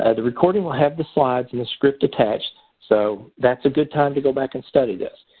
and the recording will have the slides and the script attached, so that's a good time to go back and study this.